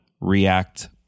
react